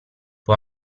può